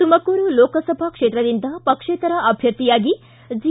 ತುಮಕೂರು ಲೋಕಸಭಾ ಕ್ಷೇತ್ರದಿಂದ ಪಕ್ಷೇತರ ಅಭ್ಯರ್ಥಿಯಾಗಿ ಜಿ